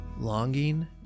longing